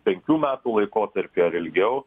penkių metų laikotarpį ar ilgiau